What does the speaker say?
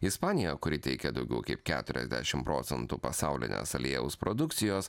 ispanija kuri teikia daugiau kaip keturiasdešim procentų pasaulinės aliejaus produkcijos